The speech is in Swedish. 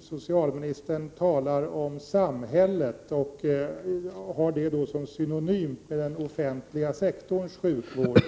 Socialministern talar om samhällets sjukvård som synonym till den offentliga sektorns sjukvård.